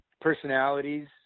personalities